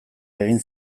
egin